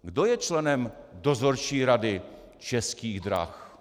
Kdo je členem Dozorčí rady Českých drah?